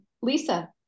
Lisa